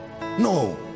No